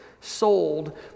sold